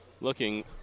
looking